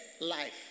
life